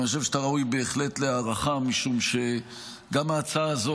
אבל אני חושב שאתה ראוי בהחלט להערכה משום שגם ההצעה הזאת,